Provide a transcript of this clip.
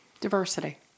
diversity